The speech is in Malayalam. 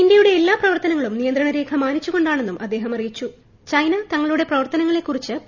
ഇന്ത്യയുടെ എല്ലാ പ്രവർത്തനങ്ങളും നിയന്ത്രണരേഖ മാനിച്ചുകൊണ്ടാണെന്നും അദ്ദേഹം ചൈന തങ്ങളുടെ പ്രവർത്തനങ്ങളെ കുറിച്ച് അറിയിച്ചു